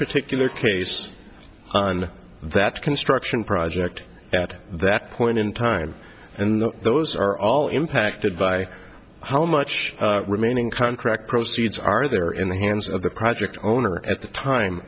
particular case on that construction project at that point in time and those are all impacted by how much remaining contract proceeds are there in the hands of the project owner at the time